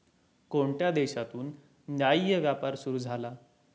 कोणत्या देशातून न्याय्य व्यापार सुरू झाला?